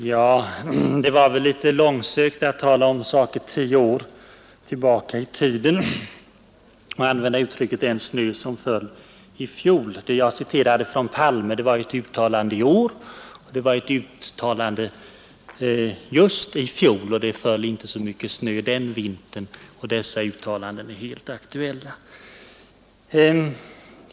Fru talman! Det var väl litet långsökt att tala om saker som tilldragit sig tio år tillbaka i tiden och om dem använda uttrycket ”den snö som föll i fjol”. Det jag citerade av Palme var däremot ett uttalande i år och ett uttalande just i fjol. Dessa uttalanden är helt aktuella.